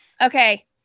Okay